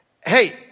hey